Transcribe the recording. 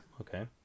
Okay